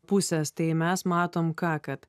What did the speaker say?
pusės tai mes matom ką kad